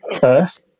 first